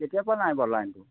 কেতিয়াৰপৰা নাই বাৰু লাইনটো